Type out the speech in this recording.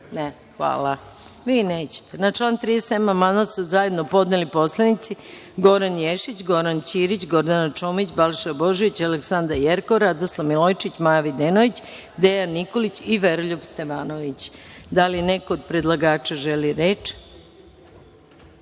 na član 37? (Ne.)Na član 37. amandman su zajedno podneli poslanici Goran Ješić, Goran Ćirić, Gordana Čomić, Balša Božović, Aleksandra Jerkov, Radoslav Milojičić, Maja Videnović, Dejan Nikolić i Veroljub Stevanović. Da li neko od predlagača želi reč?